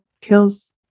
kills